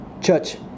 Church